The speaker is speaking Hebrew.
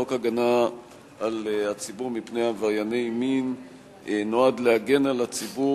חוק ההגנה על הציבור מפני עברייני מין נועד להגן על הציבור